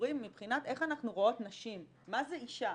הציבורי מבחינת איך אנחנו רואות נשים מה זה אישה,